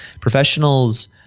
professionals